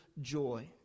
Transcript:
joy